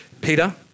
Peter